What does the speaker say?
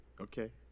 Okay